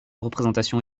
représentation